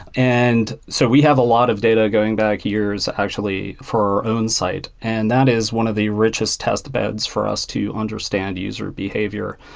and so we have a lot of data going back years actually for our own site, and that is one of the richest test beds for us to understand user behavior.